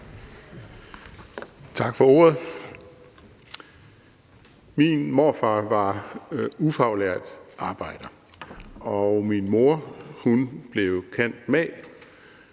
Tak for ordet. Min morfar var ufaglært arbejder, og min mor blev cand.mag.,